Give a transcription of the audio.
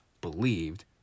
believed